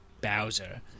Bowser